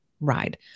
ride